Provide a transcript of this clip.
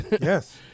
yes